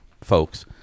folks